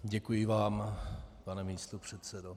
Děkuji vám, pane místopředsedo.